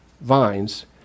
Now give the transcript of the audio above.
vines